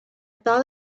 thought